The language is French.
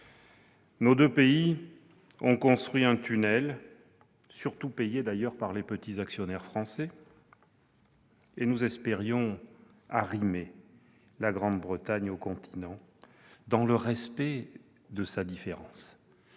Nos deux pays ont construit un tunnel, surtout payé, d'ailleurs, par les petits actionnaires français, par lequel nous espérions arrimer la Grande-Bretagne au continent, dans le respect de sa différence.